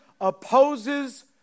opposes